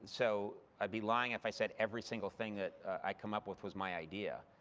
so i'd be lying if i said every single thing that i come up with was my idea,